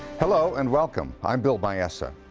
hello, and welcome. i'm bill balleza.